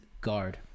guard